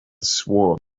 swore